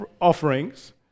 offerings